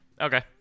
okay